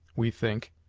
we think,